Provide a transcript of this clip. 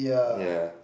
yeah